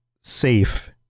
safe